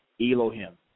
Elohim